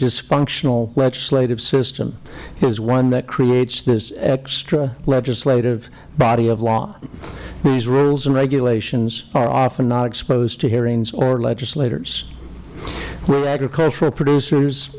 dysfunctional legislative system is one that creates this extra legislative body of law these rules and regulations are often not exposed to hearings or legislators we agricultural producers